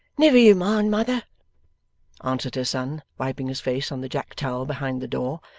never you mind, mother answered her son, wiping his face on the jack-towel behind the door.